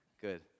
Good